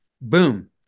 Boom